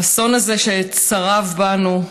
האסון הזה, שצרב בנו,